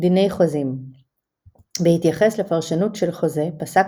דיני חוזים בהתייחס לפרשנות של חוזה פסק